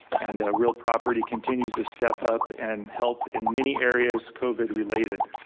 and a real property continues to step up and help in many areas covid related.